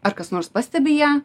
ar kas nors pastebi ją